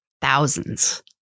thousands